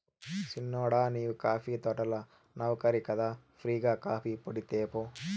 సిన్నోడా నీవు కాఫీ తోటల నౌకరి కదా ఫ్రీ గా కాఫీపొడి తేపో